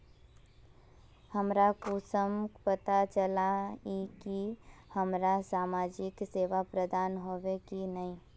हमरा कुंसम पता चला इ की हमरा समाजिक सेवा प्रदान होबे की नहीं?